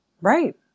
Right